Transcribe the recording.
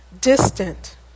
distant